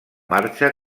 marxa